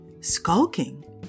Skulking